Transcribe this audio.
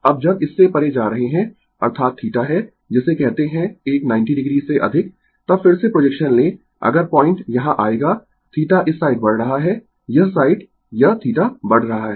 अब जब इस से परे जा रहे है अर्थात θ है जिसे कहते है एक 90 o से अधिक तब फिर से प्रोजेक्शन लें अगर पॉइंट यहां आएगा θ इस साइड बढ़ रहा है यह साइड यह θ बढ़ रहा है